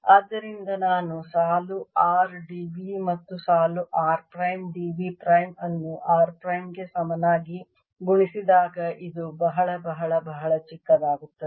ಆದ್ದರಿಂದ ನಾನು ಸಾಲು r d v ಮತ್ತು ಸಾಲು r prime d v prime ಅನ್ನು r ಪ್ರೈಮ್ ಗೆ ಸಮನಾಗಿ ಗುಣಿಸಿದಾಗ ಇದು ಬಹಳ ಬಹಳ ಬಹಳ ಚಿಕ್ಕದಾಗುತ್ತದೆ